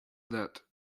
that